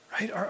right